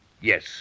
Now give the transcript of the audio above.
Yes